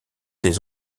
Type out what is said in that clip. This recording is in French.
des